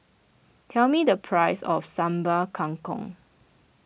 tell me the price of Sambal Kangkong